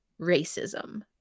racism